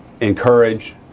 encourage